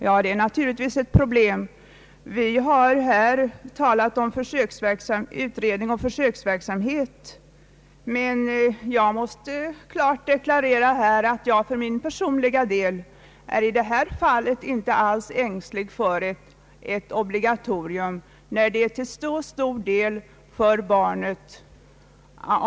Ja, det är naturligtvis ett problem, Vi har här i motionerna talat om utredning och försöksverksamhet, men jag måste klart deklarera att jag för min personliga del i detta fall inte alls är ängslig för ett obligatorium när det är till stor fördel för barnet.